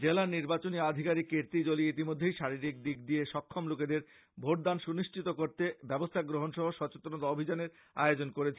জেলা নির্বাচনী আধিকারীক কীর্ত্তি জলি ইতিমধ্যেই শারিরীক দিক দিয়ে সক্ষম লোকেদের ভোটদান সুনিশ্চিত করতে ব্যবস্থা গ্রহন সহ সচেতনতা অভিযানের আয়োজন করেছেন